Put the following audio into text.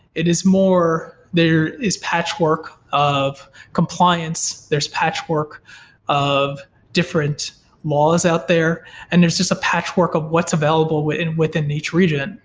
it is more, there is patchwork of compliance, there's patchwork of different laws out there and there's just a patchwork of what's available within within each region,